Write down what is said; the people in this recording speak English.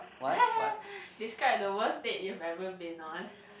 describe the worst date you've ever been on